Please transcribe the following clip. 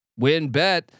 WinBet